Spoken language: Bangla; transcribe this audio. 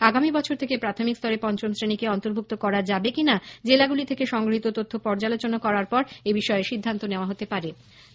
আগামী বছর থেকে প্রাথমিক স্তরে পঞ্চম শ্রেণীকে অন্তর্ভুক্ত করা যাবে কিনা জেলাগুলি থেকে সংগৃহীত তথ্য পর্যালোচনা করার পর এবিষয়ে সিদ্ধান্ত নেওয়া হতে পারে বলে মনে করা হচ্ছে